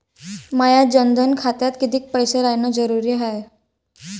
माया जनधन खात्यात कितीक पैसे रायन जरुरी हाय?